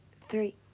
three